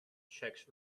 checks